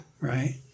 right